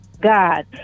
God